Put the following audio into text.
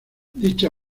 dicha